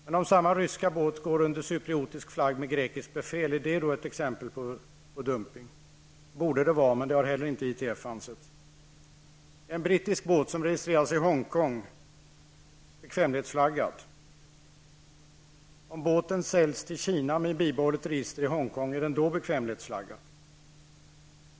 Men om samma ryska båt går under cypriotisk flagg med grekiskt befäl, är det då ett exempel på social dumpning? Det borde det vara, men det har inte Är en brittisk båt, registrerad i Hongkong, bekvämlighetsflaggad? Om båten säljs till Kina med bibehållet register i Hongkong, är den då bekvämlighetsflaggad?